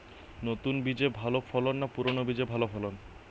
নতুন বীজে ভালো ফলন না পুরানো বীজে ভালো ফলন?